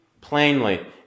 plainly